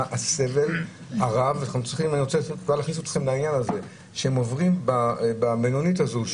מה הסבל הרב שהם עוברים במלונית הזאת.